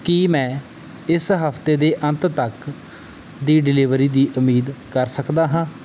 ਕੀ ਮੈਂ ਇਸ ਹਫਤੇ ਦੇ ਅੰਤ ਤੱਕ ਦੀ ਡਿਲੀਵਰੀ ਦੀ ਉਮੀਦ ਕਰ ਸਕਦਾ ਹਾਂ